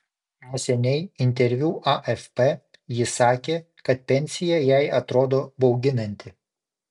neseniai interviu afp ji sakė kad pensija jai atrodo bauginanti